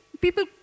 people